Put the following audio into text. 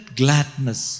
gladness